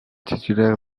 titulaire